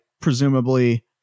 presumably